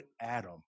Adam